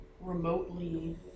remotely